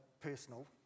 personal